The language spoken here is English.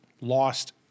lost